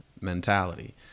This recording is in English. mentality